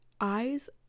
eyes